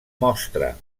mostra